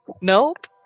Nope